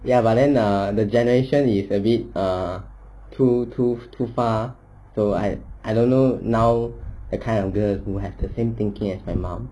ya but then ah the generation is a bit ah too too far ah so I don't know now that kind of girl who have the same thinking as my mom